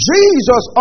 Jesus